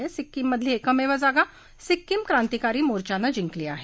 तसंच सिक्कीममधली एकमेव जागा सिक्कीम क्रांतीकारी मोर्चाने जिंकली आहे